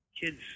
kids